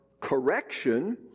correction